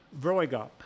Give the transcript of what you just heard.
Vroegop